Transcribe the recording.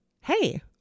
Hey